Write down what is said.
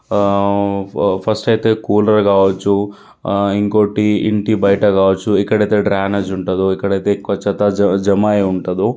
ఫ ఫస్టయితే కూలర్ కావచ్చు ఇంకోకటి ఇంటి బయట కావచ్చు ఎక్కడెక్కడ డ్రైనేజ్ ఉంటుందో ఎక్కడైతే ఎక్కువ చెత్త జ జమ అయ్యి ఉంటుందో